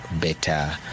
better